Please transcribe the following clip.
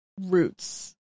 roots